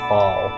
Fall